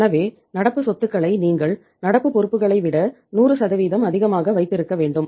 எனவே நடப்பு சொத்துக்களை நீங்கள் நடப்பு பொறுப்புகளை விட 100 அதிகமாக வைத்திருக்க வேண்டும்